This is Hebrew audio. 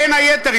בין היתר,